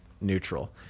neutral